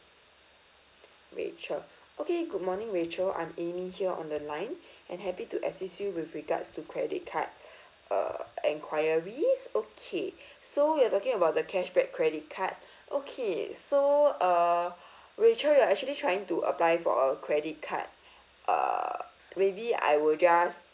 rachel okay good morning rachel I'm amy here on the line I'm happy to assist you with regards to credit card uh enquiries okay so you're talking about the cashback credit card okay so uh rachel you're actually trying to apply for a credit card uh maybe I will just